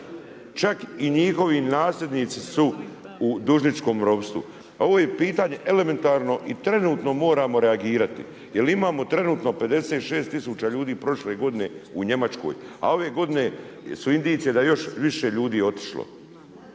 čak i njihovi nasljednici su u dužničkom ropstvu. Ovo je pitanje elementarno i trenutno moramo reagirati jer imamo trenutku 56 tisuća ljudi prošle godine u Njemačkoj a ove godine su indicije da još više ljudi je otišlo.